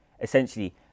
essentially